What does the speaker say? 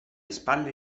spalle